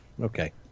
Okay